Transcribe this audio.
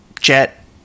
Jet